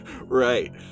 Right